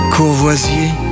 Courvoisier